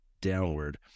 downward